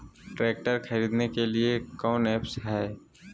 Tractor खरीदने के लिए कौन ऐप्स हाय?